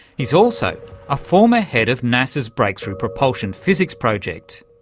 he's also a former head of nasa's breakthrough propulsion physics project.